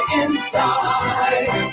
inside